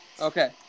Okay